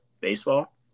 baseball